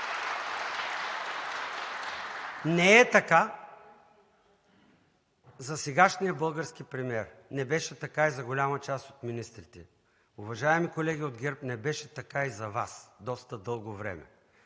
Не е така за сегашния български премиер. Не беше така и за голяма част от министрите. Уважаеми колеги от ГЕРБ, не беше така и за Вас доста дълго време.